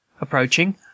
Approaching